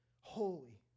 holy